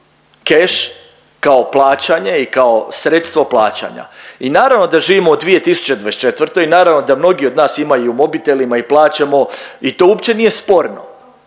keš kao plaćanje i kao sredstvo plaćanja. I naravno da živimo u 2024. i naravno da mnogi od nas imaju u mobitelima i plaćamo i to uopće nije sporno,